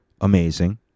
amazing